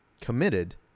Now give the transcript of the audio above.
committed